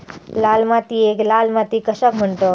लाल मातीयेक लाल माती कशाक म्हणतत?